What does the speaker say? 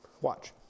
watch